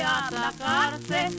atacarse